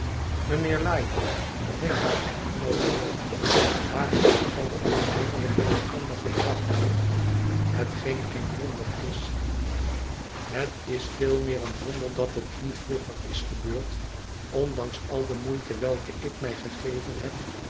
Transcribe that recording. mijnheer lightwood ging haar echtgenoot voort daar het toeval ons eindelijk bij elkander gebracht heeft hetgeen geen wonder is het is veel meer een wonder dat het niet vroeger is gebeurd ondanks al de moeite welke ik mij gegeven heb